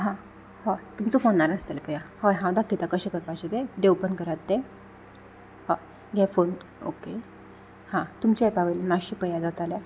हा हय तुमचो फोनार आसतले पया हय हांव दाखयतां कशें करपाचें तें तें ओपन करात तें हय दिया फोन ओके हां तुमच्या एपा वयल्यान मातशी पया जाता जाल्या